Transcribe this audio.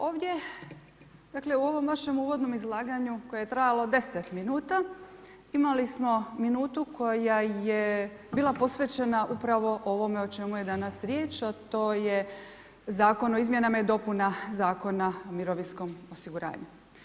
Ovdje, dakle u ovom vašem uvodnom izlaganju koje je trajalo 10 minuta, imali smo minutu koja je bila posvećena upravo ovome o čemu je danas riječ, a to je zakon o izmjenama i dopunama Zakona o mirovinskom osiguranju.